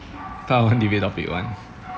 part one debate topic one